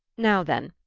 now then,